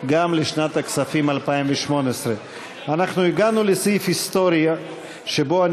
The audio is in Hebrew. לשנת הכספים 2018. אנחנו הגענו לסעיף היסטורי שבו אני